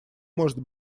может